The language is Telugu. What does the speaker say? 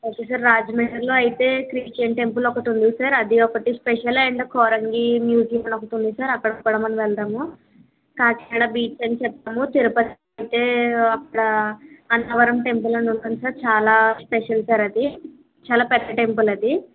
ఓకే సార్ రాజమండ్రిలో అయితే క్రిస్టియన్ టెంపుల్ ఒకటి ఉంది సార్ అది ఒకటి స్పెషల్ అండ్ కోరంగి మ్యూజియం అని ఒకటి ఉంది సార్ అక్కడికి కూడా మనం వెళదాము కాకినాడ బీచ్ అని చెప్పాము తిరుపతి అయితే అక్కడ అన్నవరం టెంపుల్ అని ఉంటుంది సార్ చాలా స్పెషల్ సార్ అది చాలా పెద్ద టెంపుల్ అది